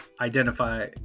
identify